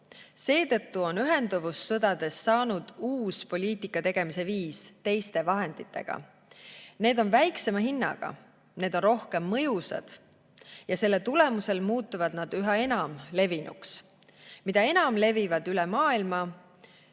Seetõttu on ühenduvussõdadest saanud uus poliitika tegemise viis teiste vahenditega. Need on väiksema hinnaga, need on rohkem mõjusad ja selle tulemusel muutuvad nad üha enam levinuks. Mida enam need levivad üle maailma,